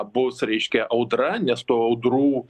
bus reiškia audra nes tų audrų